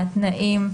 להבנתנו קיים כבר היום.